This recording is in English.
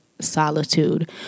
solitude